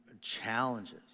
challenges